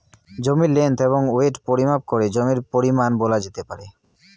জমির লেন্থ এবং উইড্থ পরিমাপ করে জমির পরিমান বলা যেতে পারে